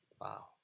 Wow